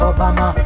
Obama